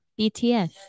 BTS